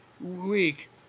week